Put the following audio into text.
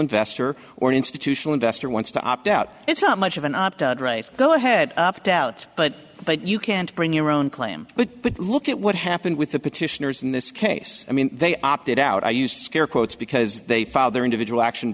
investor or an institutional investor wants to opt out it's not much of an opt out go ahead opt out but you can't bring your own claim but look at what happened with the petitioners in this case i mean they opted out i used scare quotes because they filed their individual action